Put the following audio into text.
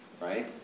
Right